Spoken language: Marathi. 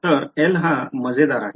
तर L हा मजेदार आहे